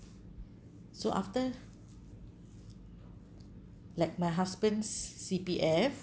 so after like my husband's C_P_F